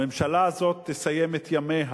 הממשלה הזאת תסיים את ימיה,